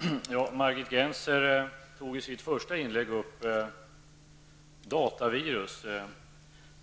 Herr talman! Margit Gennser nämnde i sitt första inlägg datavirus.